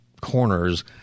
corners